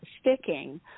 sticking